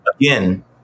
again